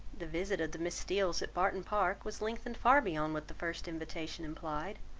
the visit of the miss steeles at barton park was lengthened far beyond what the first invitation implied.